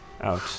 out